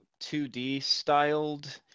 2D-styled